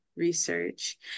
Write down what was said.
research